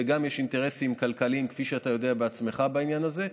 ויש גם אינטרסים כלכליים בעניין הזה,